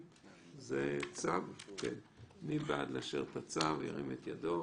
מי בעד לאשר את הצו, ירים את ידו?